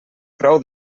prou